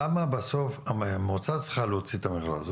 למה בסוף המועצה צריכה להוציא את המכרז?